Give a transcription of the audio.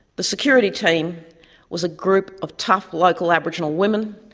the security team was a group of tough local aboriginal women,